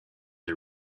the